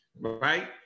right